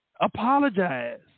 Apologize